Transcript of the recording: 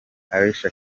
alicia